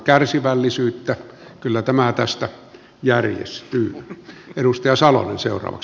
kärsivällisyyttä kyllä tämä tästä järjestyy